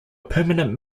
permanent